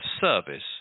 service